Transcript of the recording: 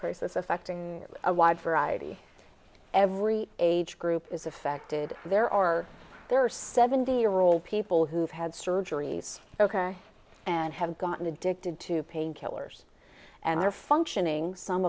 crisis affecting a wide variety every age group is affected there are there are seventy year old people who've had surgeries ok and have gotten addicted to painkillers and are functioning some